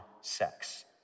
sex